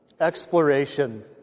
exploration